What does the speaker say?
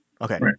okay